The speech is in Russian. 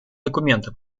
документа